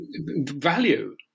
value